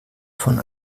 von